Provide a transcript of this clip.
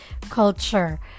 culture